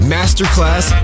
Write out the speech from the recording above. Masterclass